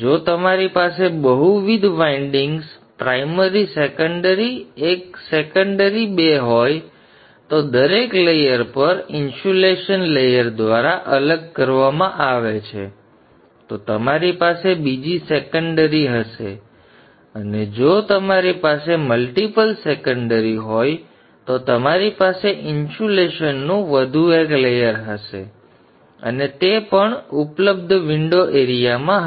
જો તમારી પાસે બહુવિધ વાઇન્ડિંગ્સ પ્રાઇમરી સેકન્ડરી એક સેકન્ડરી બે હોય તો દરેક લેયર પર ઇન્સ્યુલેશન લેયર દ્વારા અલગ કરવામાં આવે છે તો તમારી પાસે બીજી સેકન્ડરી હશે અને જો તમારી પાસે મલ્ટીપલ સેકન્ડરી હોય તો તમારી પાસે ઇન્સ્યુલેશનનું વધુ એક લેયર હશે અને તે પણ ઉપલબ્ધ વિંડો એરિયામાં ખાશે